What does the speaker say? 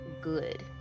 good